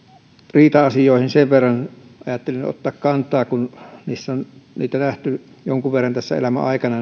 riita asioihin sen verran ajattelin ottaa kantaa kun on näitä tieriita asioita nähty jonkin verran tässä elämän aikana